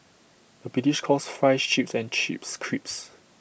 the British calls Fries Chips and Chips Crisps